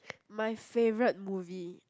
my favourite movie